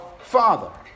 Father